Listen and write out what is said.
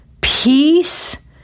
peace